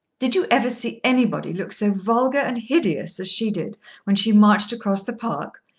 did you ever see anybody look so vulgar and hideous as she did when she marched across the park?